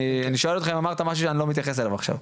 אני שואל אם אמרת משהו שאני לא מתייחס אליו עכשיו,